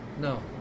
No